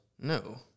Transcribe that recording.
No